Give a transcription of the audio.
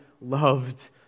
loved